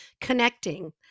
Connecting